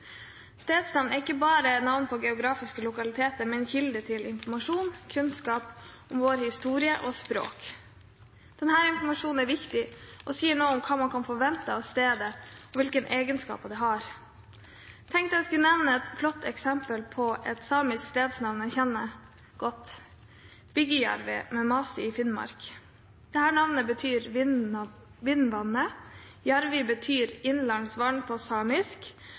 Stedsnavn er ikke bare navn på geografiske lokaliteter, men kilde til informasjon og kunnskap om vår historie og språk. Denne informasjonen er viktig og sier noe om hva man kan forvente av steder, og hvilke egenskaper de har. Jeg tenkte jeg skulle nevne et flott eksempel på et samisk stedsnavn jeg kjenner godt, Biggejávri ved Masi i Finnmark. Dette navnet betyr vindvannet, «jávri» betyr innlandsvann på samisk.